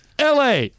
LA